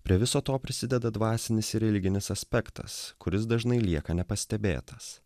prie viso to prisideda dvasinis ir religinis aspektas kuris dažnai lieka nepastebėtas